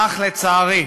אך, לצערי,